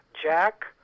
Jack